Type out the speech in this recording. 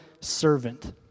servant